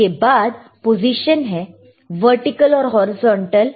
उसके बाद पोजीशन है वर्टिकल और हॉरिजॉन्टल